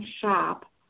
shop